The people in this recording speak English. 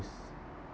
s~